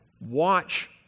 Watch